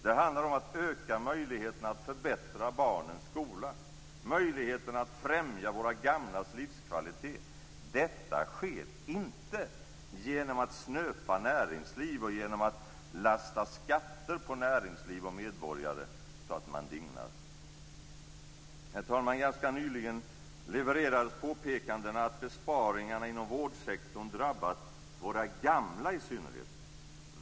Det handlar om att öka möjligheterna att förbättra barnens skola och möjligheterna att främja våra gamlas livskvalitet. Detta sker inte genom att snöpa näringsliv och genom att lasta skatter på näringsliv och medborgare så att man dignar. Herr talman! Ganska nyligen levererades påpekanden om att besparingarna inom vårdsektorn drabbat våra gamla i synnerhet.